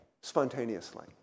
spontaneously